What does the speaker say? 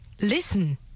Listen